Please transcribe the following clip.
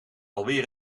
alweer